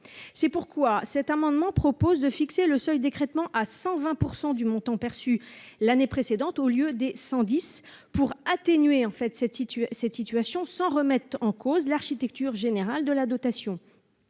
c'est pourquoi cet amendement propose de fixer le seuil d'écrêtement à 120 % du montant perçu l'année précédente, au lieu des 110 pour atténuer en fait cette cette situation sans remettre en cause l'architecture générale de la dotation